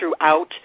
throughout